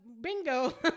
bingo